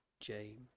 James